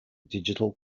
digital